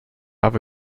have